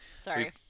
Sorry